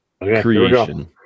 creation